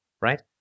right